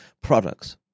products